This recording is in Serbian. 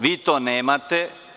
Vi to nemate.